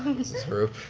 this is hurup.